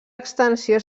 extensió